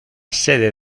sede